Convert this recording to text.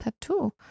tattoo